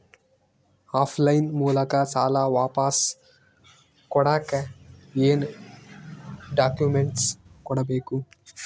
Of line ಮೂಲಕ ಸಾಲ ವಾಪಸ್ ಕೊಡಕ್ ಏನು ಡಾಕ್ಯೂಮೆಂಟ್ಸ್ ಕೊಡಬೇಕು?